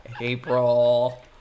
April